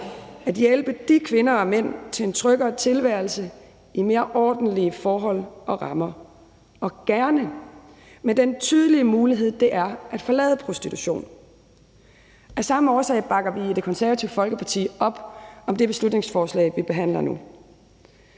at hjælpe de kvinder og mænd til en tryggere tilværelse i mere ordentlige forhold og rammer og gerne med den tydelige mulighed, det er at forlade prostitution. Af samme årsag bakker vi i Det Konservative Folkeparti op om det beslutningsforslag, vi behandler nu.